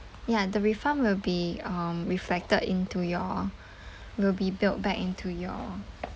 ya the refund will be um reflected into your will be billed back into your